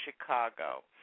Chicago